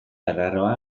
arraroa